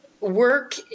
Work